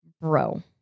Bro